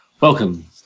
Welcome